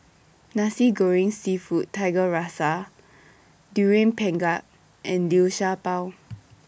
Nasi Goreng Seafood Tiga Rasa Durian Pengat and Liu Sha Bao